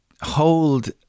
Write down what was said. hold